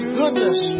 goodness